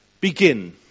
begin